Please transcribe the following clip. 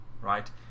right